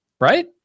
Right